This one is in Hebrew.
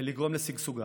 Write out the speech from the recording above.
ולגרום לשגשוגה.